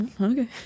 okay